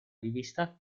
rivista